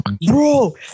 Bro